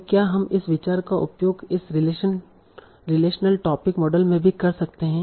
तों क्या हम इस विचार का उपयोग इस रिलेशनल टोपिक मॉडल में भी कर सकते हैं